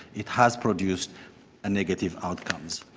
it has produced a negative outcomes.